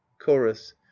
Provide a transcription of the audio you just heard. chorus